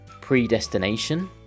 Predestination